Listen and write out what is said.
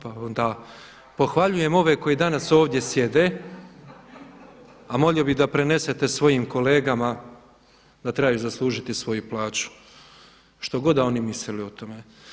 Pa onda pohvaljujem ove koji danas ovdje sjede, a molio bih da prenesete svojim kolegama da trebaju zaslužiti svoju plaću što god da oni mislili o tome.